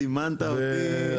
אתה סימנת אותי.